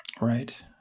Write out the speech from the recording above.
Right